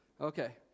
Okay